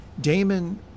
Damon